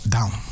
Down